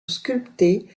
sculptée